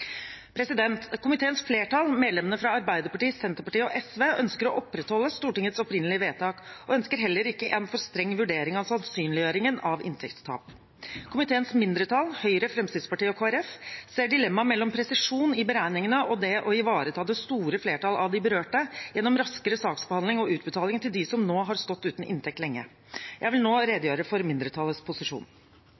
Komiteens flertall, medlemmene fra Arbeiderpartiet, Senterpartiet og SV, ønsker å opprettholde Stortingets opprinnelige vedtak og ønsker heller ikke en for streng vurdering av sannsynliggjøringen av inntektstap. Komiteens mindretall, Høyre, Fremskrittspartiet og Kristelig Folkeparti, ser dilemmaet mellom presisjon i beregningene og det å ivareta det store flertallet av de berørte gjennom raskere saksbehandling og utbetaling til dem som nå har stått uten inntekt lenge. Jeg vil nå